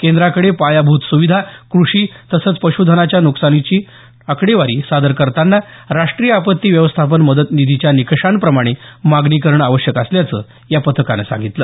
केंद्राकडे पायाभूत सुविधा कृषी तसंच पश्धनाच्या नुकसानाची आकडेवारी सादर करताना राष्ट्रीय आपत्ती व्यवस्थापन मदत निधीच्या निकषांप्रमाणे मागणी करणं आवश्यक असल्याचं या पथकानं सांगितलं